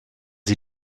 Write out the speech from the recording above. sie